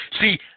See